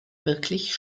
wirklich